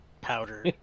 powder